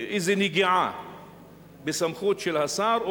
איזו נגיעה בסמכות של השר,